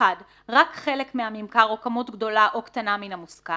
(1) רק חלק מהממכר או כמות גדולה או קטנה מן המוסכם,